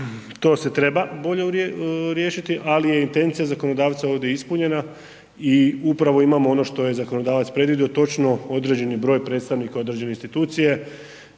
to se treba bolje riješiti, ali je intencija zakonodavca ovdje ispunjena i upravo imamo ono što je zakonodavac predvidio točno određeni broj predstavnika određene institucije